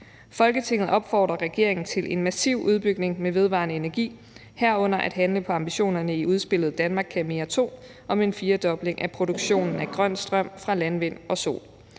Folketinget opfordrer regeringen til en massiv udbygning med vedvarende energi, herunder at handle på ambitionerne i udspillet »Danmark kan mere II« om en firedobling af produktionen af grøn strøm fra landvind og sol.